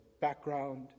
background